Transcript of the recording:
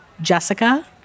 jessica